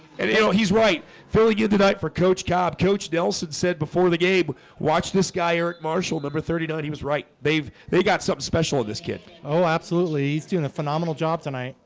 and you know, he's right filling you tonight for coach cobb. coach nelson said before the game watched this guy eric marshall number thirty nine he was right. they've they got something so special of this kid. oh, absolutely. he's doing a phenomenal job tonight.